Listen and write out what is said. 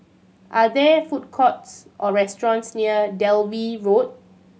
are there food courts or restaurants near Dalvey Road